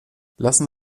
lassen